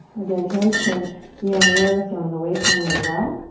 again, hands can be on the earth or on the waistline as well.